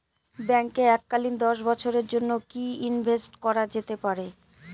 ব্যাঙ্কে এককালীন দশ বছরের জন্য কি ইনভেস্ট করা যেতে পারে?